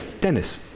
Dennis